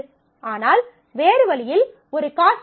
ஆனால் வேறு வழியில் ஒரு காஸ்ட் உள்ளது